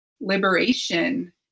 liberation